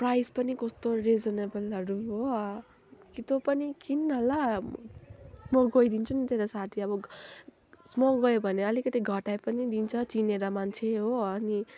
price पनि कस्तो रिजनेबलहरू हो कि तँ पनि किन्न ल म गइदिन्छु नि तेरो साथी अब म गयो भने अलिकति घटाइ पनि दिन्छ चिनेर मन्छे हो अनि